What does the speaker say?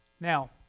Now